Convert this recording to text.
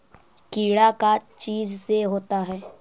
कीड़ा का चीज से होता है?